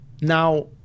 now